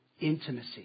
intimacy